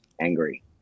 angry